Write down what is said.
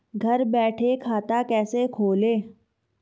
घर बैठे खाता कैसे खोलें?